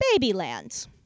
Babyland